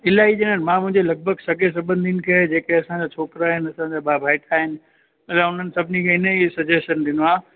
इलाही ॼणण मां मुंहिंजे लॻभॻि सॻे सम्बधिनि खे जेके असांजा छोकिरा आहिनि असांजा ॿ भाइटा आहिनि असां उन्हनि सभिनी खे इन जी सजेशन ॾिनो आहे